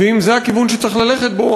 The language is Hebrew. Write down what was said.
ואם זה הכיוון שצריך ללכת בו,